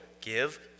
give